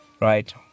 right